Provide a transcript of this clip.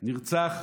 נרצח